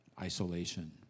isolation